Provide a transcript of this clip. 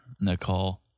Nicole